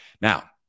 Now